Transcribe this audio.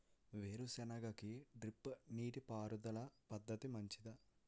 వేరుసెనగ కి డ్రిప్ నీటిపారుదల పద్ధతి మంచిదా?